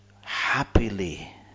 happily